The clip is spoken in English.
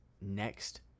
next